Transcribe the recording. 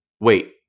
wait